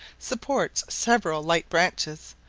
supports several light branches,